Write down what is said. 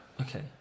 okay